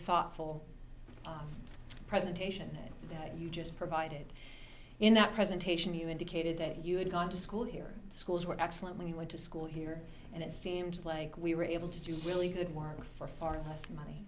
thoughtful presentation that you just provided in that presentation you indicated that you had gone to school here the schools were excellent when you went to school here and it seemed like we were able to do really good work for far less money